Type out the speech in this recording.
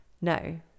No